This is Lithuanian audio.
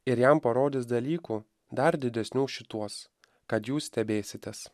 ir jam parodys dalykų dar didesnių už šituos kad jūs stebėsitės